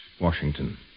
Washington